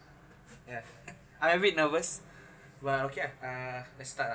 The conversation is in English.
yeah I'm a bit nervous but okay uh let's start uh